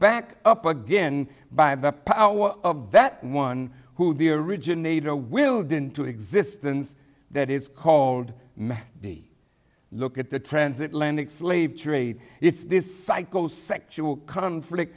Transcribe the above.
back up again by the power of that one who the originator willed into existence that is called the look at the transatlantic slave trade it's this cycle sexual conflict